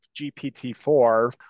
GPT-4